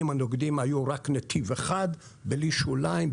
הנוגדים היו רק נתיב אחד בלי שוליים,